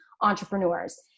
entrepreneurs